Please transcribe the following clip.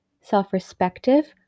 self-respective